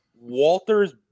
Walter's